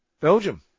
Belgium